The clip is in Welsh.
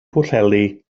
pwllheli